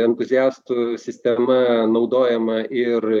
entuziastų sistema naudojama ir